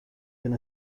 been